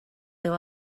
teu